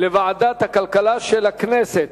לוועדת הכלכלה של הכנסת.